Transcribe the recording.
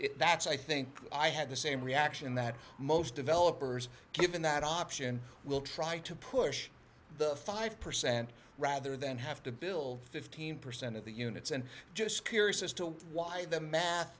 more that's i think i had the same reaction that most developers given that option will try to push the five percent rather than have to build fifteen percent of the units and just curious as to why the math